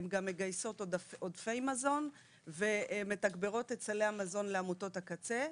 הן גם מגייסות עודפי מזון ומתגברות את סלי המזון לעמותות הקצה.